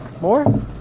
More